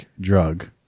drug